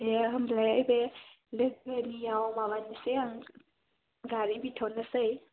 दे होनबालाय बे लोगोनियाव माबानिसै आं गारि बिथ'नोसै